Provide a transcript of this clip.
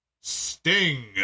Sting